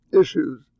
issues